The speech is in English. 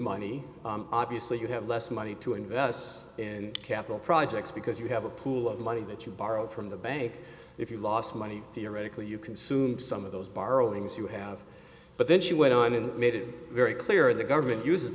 money obviously you have less money to invest in capital projects because you have a pool of money that you borrowed from the bank if you lost money theoretically you consume some of those borrowings you have but then she went on in made it very clear the government uses